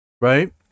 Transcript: Right